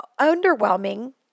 underwhelming